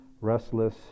restless